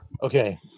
Okay